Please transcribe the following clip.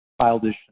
childish